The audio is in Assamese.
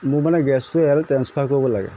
মোৰ মানে গেছটো ইয়ালৈ ট্ৰেঞ্চফাৰ কৰিব লাগে